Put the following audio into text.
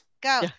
Go